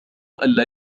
ألا